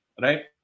Right